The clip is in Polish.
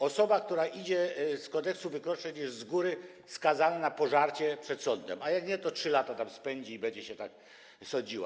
Osoba, która idzie z Kodeksu wykroczeń jest z góry skazana na pożarcie przed sądem, a jak nie, to 3 lata tam spędzi i będzie się tak sądziła.